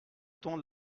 temps